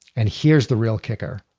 and here's the real kicker.